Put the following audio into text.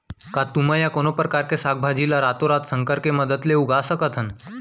का तुमा या कोनो परकार के साग भाजी ला रातोरात संकर के मदद ले उगा सकथन?